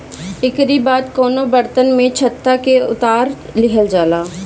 एकरी बाद कवनो बर्तन में छत्ता के उतार लिहल जाला